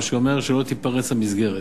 מה שאומר שלא תיפרץ המסגרת,